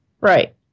Right